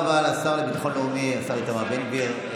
תודה רבה לשר לביטחון לאומי, השר איתמר בן גביר.